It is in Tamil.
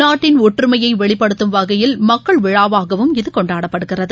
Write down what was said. நாட்டின் ஒற்றுமையை வெளிப்படுத்தும் வகையில் மக்கள் விழாவாகவும் இது கொண்டாடப்படுகிறது